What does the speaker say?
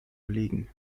belegen